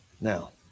Now